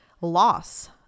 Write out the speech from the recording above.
loss